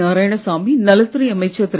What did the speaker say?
நாராயணசாமி நலத் துறை அமைச்சர் திரு